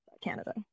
Canada